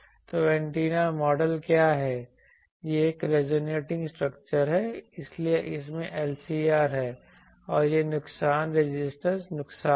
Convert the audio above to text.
तो antenna model क्या है यह एक रिजोनेटिंग स्ट्रक्चर है इसलिए इसमें LCR है और यह नुकसान रेजिस्टेंस नुकसान है